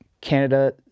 Canada